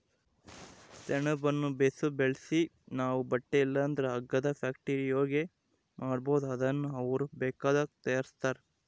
ಸೆಣಬುನ್ನ ಬೇಸು ಬೆಳ್ಸಿ ನಾವು ಬಟ್ಟೆ ಇಲ್ಲಂದ್ರ ಹಗ್ಗದ ಫ್ಯಾಕ್ಟರಿಯೋರ್ಗೆ ಮಾರ್ಬೋದು ಅದುನ್ನ ಅವ್ರು ಬೇಕಾದ್ದು ತಯಾರಿಸ್ತಾರ